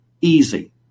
easy